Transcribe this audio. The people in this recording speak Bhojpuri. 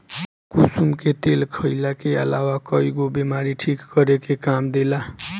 कुसुम के तेल खाईला के अलावा कईगो बीमारी के ठीक करे में काम देला